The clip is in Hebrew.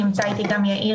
נכון.